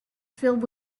filled